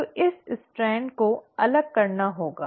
तो इस स्ट्रैंड को अलग करना होगा